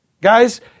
Guys